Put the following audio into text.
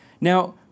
Now